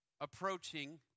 approaching